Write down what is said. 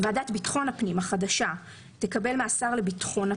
ועדת ביטחון הפנים החדשה תקבל מהשר לביטחון הפנים,